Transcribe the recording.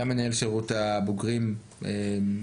אתה מנהל שירות הבוגרים בתעסוקה.